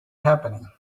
happening